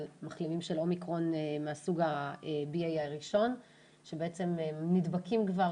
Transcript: על מחלימים של אומיקרון מהסוג BA הראשון שבעצם נדבקים כבר